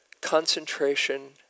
concentration